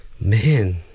man